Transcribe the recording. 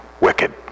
wicked